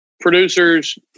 Producers